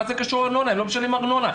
לא משלם ארנונה.